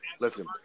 Listen